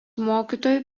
mokytojų